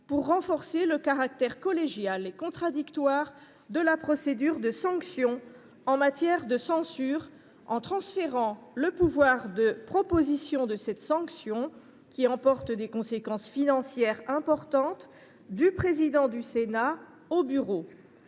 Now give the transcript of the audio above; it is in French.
de renforcer le caractère collégial et contradictoire de la procédure de sanction en matière de censure : il transfère le pouvoir de proposition de cette sanction, qui emporte des conséquences financières importantes, du président du Sénat au Bureau.